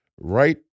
right